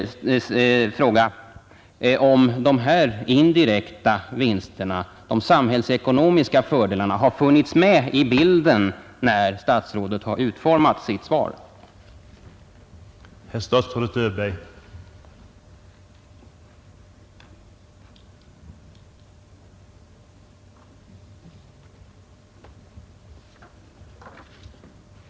här indirekta vinsterna — de samhällsekonomiska fördelarna — har Nr 51 funnits med i bilden när statsrådet har utformat sitt svar. Torsdagen den